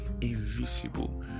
invisible